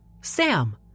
SAM